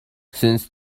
since